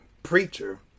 preacher